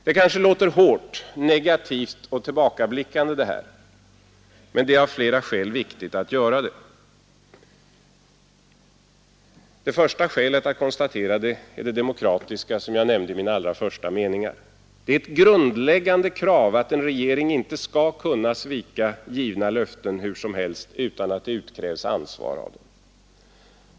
Det kanske låter hårt, negativt och tillbakablickande att konstatera detta, men det är av flera skäl viktigt att göra det. Det första skälet att konstatera det är det demokratiska, som jag nämnde i mina allra första meningar. Det är ett grundläggande krav att en regering inte skall kunna svika givna löften hur som helst utan att det utkrävs ansvar av den för det.